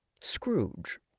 Scrooge